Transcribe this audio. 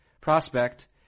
prospect